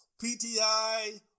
PTI